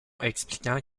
expliquant